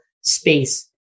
space